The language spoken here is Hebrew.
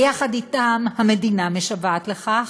ויחד אתם המדינה משוועת לכך,